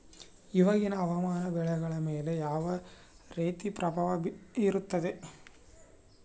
ಇವಾಗಿನ ಹವಾಮಾನ ಬೆಳೆಗಳ ಮೇಲೆ ಯಾವ ರೇತಿ ಪ್ರಭಾವ ಬೇರುತ್ತದೆ?